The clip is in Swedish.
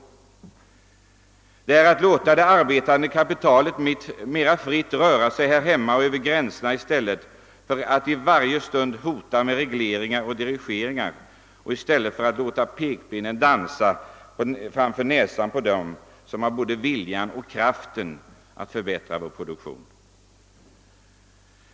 Det är också att låta det arbetande kapitalet röra sig friare här hemma och över gränserna i stället för att i varje stund hota med regleringar och dirigeringar och låta pekpinnen dansa framför näsan på dem som har både viljan och kraften att förbättra vår produktion.